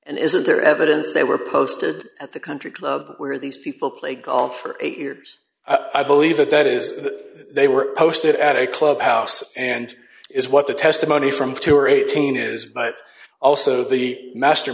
and isn't there evidence they were posted at the country club where these people play golf for eight years i believe it that is they were posted at a clubhouse and is what the testimony from two or a chain is but also the master